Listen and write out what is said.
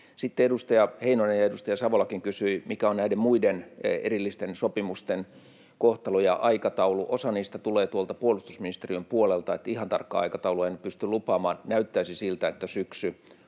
Sitten edustaja Heinonen ja edustaja Savolakin kysyivät, mikä on näiden muiden erillisten sopimusten kohtelu ja aikataulu. Osa niistä tulee puolustusministeriön puolelta, eli ihan tarkkaa aikataulua en pysty lupaamaan. Näyttäisi siltä, että syksy